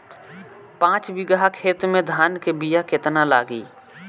पाँच बिगहा खेत में धान के बिया केतना लागी?